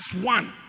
one